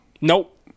Nope